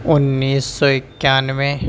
انیس سو اکیانوے